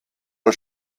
der